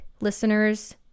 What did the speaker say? listeners